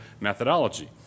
methodology